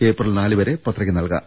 April നാല് വരെ പത്രിക നൽകാം